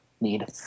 need